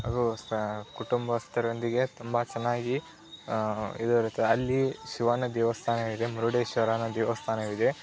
ಕುಟುಂಬಸ್ಥರೊಂದಿಗೆ ತುಂಬ ಚೆನ್ನಾಗಿ ಇದಿರುತ್ತೆ ಅಲ್ಲಿ ಶಿವನ ದೇವಸ್ಥಾನ ಇದೆ ಮುರುಡೇಶ್ವರ ಅನ್ನೋ ದೇವಸ್ಥಾನ ಇದೆ